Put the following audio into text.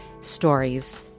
stories